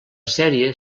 sèrie